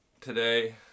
today